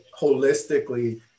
holistically